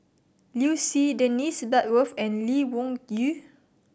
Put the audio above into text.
Liu Si Dennis Bloodworth and Lee Wung Yew